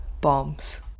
Bombs